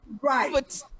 Right